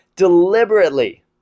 deliberately